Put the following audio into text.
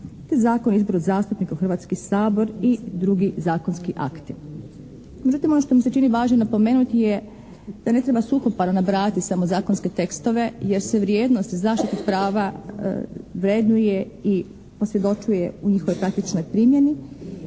Zakon o izboru zastupnika u Hrvatski sabor i drugi zakonski akti. Međutim, ono što mi se čini važno napomenuti je da ne treba suhoparno nabrajati samo zakonske tekstove jer se vrijednost zaštite prava vrednuje i osvjedočuje u njihovoj praktičnoj primjeni